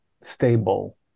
stable